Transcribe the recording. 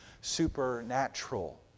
supernatural